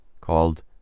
...called